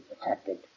protected